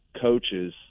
coaches